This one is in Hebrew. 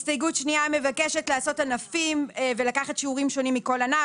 הסתייגות שנייה מבקשת לעשות ענפים ולקחת שיעורים שונים מכל ענף.